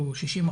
יש מסלול אחד,